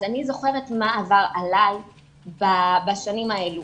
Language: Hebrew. אז אני זוכרת מה עבר עליי בשנים האלה.